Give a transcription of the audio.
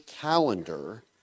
calendar